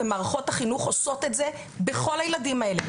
ומערכות החינוך עושות את זה בכל הילדים האלה,